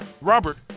Robert